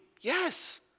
Yes